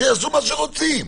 שיעשו מה שרוצים.